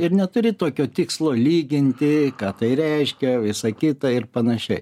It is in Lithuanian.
ir neturi tokio tikslo lyginti ką tai reiškia visa kita ir panašiai